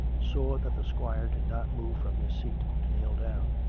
saw that the squire did not move from his seat to kneel down.